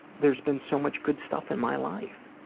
there's been so much good stuff in my life.